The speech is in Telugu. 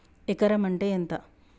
ఎకరం అంటే ఎంత?